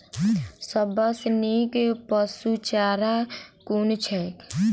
सबसँ नीक पशुचारा कुन छैक?